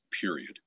period